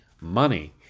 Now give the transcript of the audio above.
Money